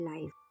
life